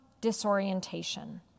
disorientation